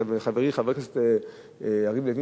חברי חבר הכנסת יריב לוין,